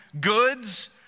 goods